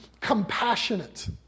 compassionate